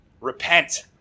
Repent